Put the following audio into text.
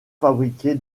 fabriquée